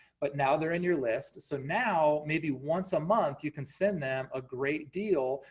but now they're in your list, so now maybe once a month, you can send them a great deal,